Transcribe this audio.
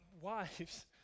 Wives